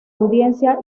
audiencia